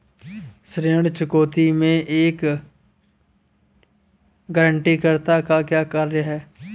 ऋण चुकौती में एक गारंटीकर्ता का क्या कार्य है?